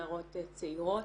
נערות צעירות.